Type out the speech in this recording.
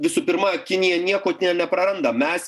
visų pirma kinija nieko nepraranda mes